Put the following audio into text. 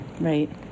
right